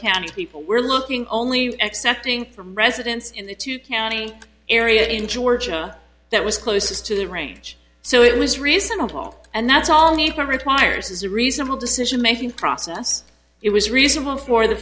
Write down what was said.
candy people were looking only excepting from residents in the two county area in georgia that was closest to the range so it was reasonable and that's all neither requires is a reasonable decision making process it was reasonable for the